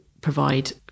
provide